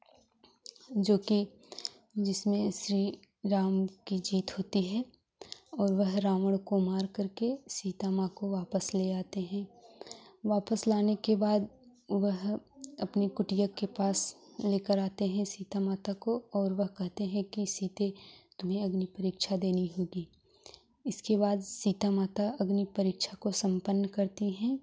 जो कि जिसमें श्री राम की जीत होती है और वह रावण को मार करके सीता माँ को वापस ले आते हैं वापस लाने के बाद वह अपनी कुटिया के पास लेकर आते हैं सीता माता को और वह कहते हैं कि सिते तुम्हें अग्नि परीक्षा देनी होगी इसके बाद सीता माता अग्नि परीक्षा को संपन्न करती हैं